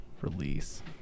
release